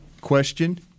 question